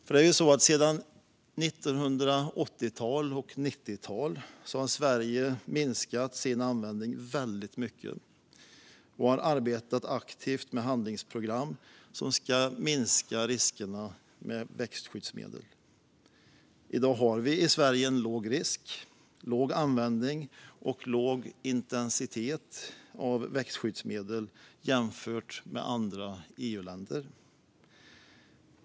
Sedan 1980 och 90-talen har vi i Sverige nämligen minskat vår användning väldigt mycket. Vi har arbetat aktivt med handlingsprogram för att minska riskerna med växtskyddsmedel. I dag har vi i Sverige låg risk, låg användning och låg intensitet av växtskyddsmedel jämfört med andra EU-länder.